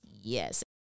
Yes